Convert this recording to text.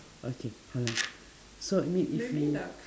okay hold on so you mean if we